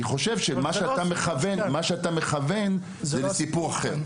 אני חושב שמה שאתה מכוון אליו זה לסיפור אחר.